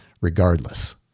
regardless